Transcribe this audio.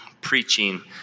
preaching